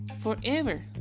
Forever